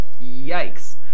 Yikes